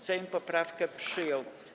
Sejm poprawkę przyjął.